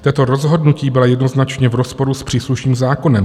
Tato rozhodnutí byla jednoznačně v rozporu s příslušným zákonem.